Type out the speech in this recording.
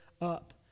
up